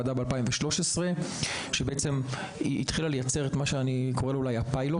הייתה ועדה ב-2013 שהתחילה לייצר פיילוט